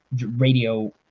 radio